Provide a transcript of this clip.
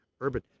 urban